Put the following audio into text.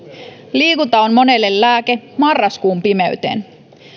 liikunta on monelle lääke marraskuun pimeyteen